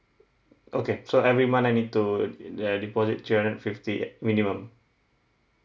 okay so every month I need to uh deposit three hundred fifty uh minimum